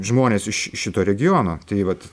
žmonės iš šito regiono tai vat